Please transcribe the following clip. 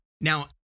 Now